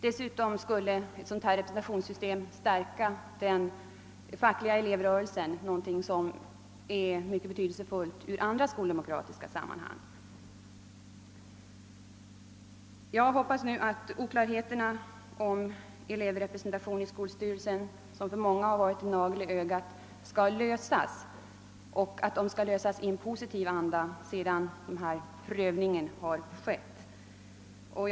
Dessutom skulle ett sådant representationssystem stärka den fackliga elevrörelsen — något som är mycket betydelsefullt i hela det skoldemokratiska sammanhanget. Jag hoppas nu att oklarheterna om elevrepresentation i skolstyrelsen, som varit en nagel i ögat på många, kommer att undanröjas och att frågan prövas i positiv anda.